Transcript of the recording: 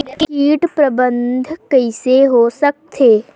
कीट प्रबंधन कइसे हो सकथे?